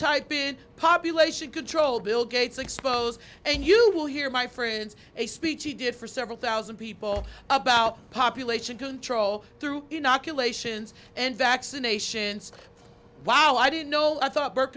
type in population control bill gates expose and you will hear my friends a speech he did for several thousand people about population control through inoculations and vaccinations wow i didn't know i thought birth